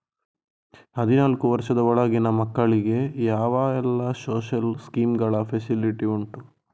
ಹದಿನಾಲ್ಕು ವರ್ಷದ ಒಳಗಿನ ಮಕ್ಕಳಿಗೆ ಯಾವೆಲ್ಲ ಸೋಶಿಯಲ್ ಸ್ಕೀಂಗಳ ಫೆಸಿಲಿಟಿ ಉಂಟು?